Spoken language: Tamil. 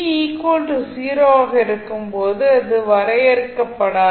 t 0 ஆக இருக்கும் போது இது வரையறுக்கப்படாது